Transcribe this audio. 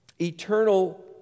eternal